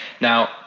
now